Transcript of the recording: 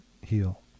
heal